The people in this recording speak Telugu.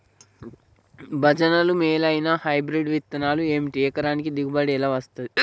భజనలు మేలైనా హైబ్రిడ్ విత్తనాలు ఏమిటి? ఎకరానికి దిగుబడి ఎలా వస్తది?